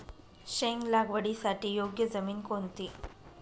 शेंग लागवडीसाठी योग्य जमीन कोणती?